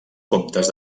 comtes